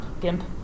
GIMP